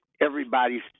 everybody's